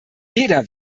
jeder